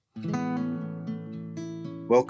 welcome